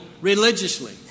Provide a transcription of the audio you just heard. religiously